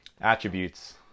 Attributes